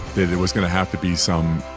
that it was going to have to be some,